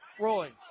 rolling